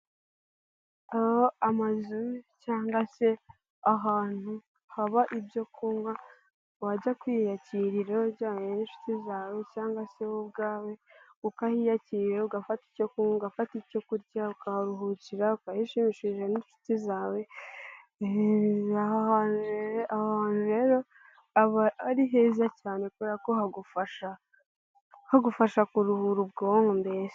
Aho amazu cyangwa se ahantu haba ibyo kunywa wajya kwiyakirira ujyanye n'inshuti zawe cyangwa se wowe ubwawe ukahiyakirira, ugafata icyo gufata, icyo kurya ukaharuhukira ukahishimishiriza n'inshuti zawe aho hantu rero aba ari heza cyane kubera ko hagufasha kuruhura ubwonko mbese!